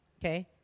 okay